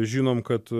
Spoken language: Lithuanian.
žinom kad